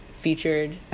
featured